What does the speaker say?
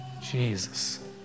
Jesus